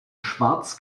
schwarz